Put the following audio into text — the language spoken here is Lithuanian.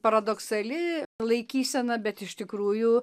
paradoksali laikysena bet iš tikrųjų